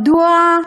מדוע,